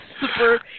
super